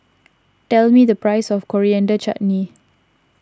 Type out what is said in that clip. tell me the price of Coriander Chutney